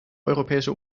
europäische